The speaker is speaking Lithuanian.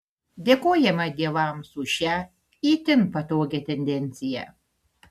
dėkojame dievams už šią itin patogią tendenciją